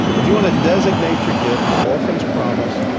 if you want to designate your gift to orphans' promise,